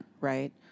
Right